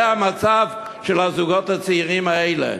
זה המצב של הזוגות הצעירים האלה.